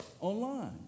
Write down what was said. online